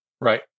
Right